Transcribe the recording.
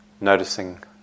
noticing